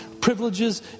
privileges